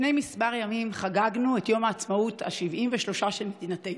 לפני כמה ימים חגגנו את יום העצמאות ה-73 של מדינתנו,